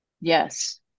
Yes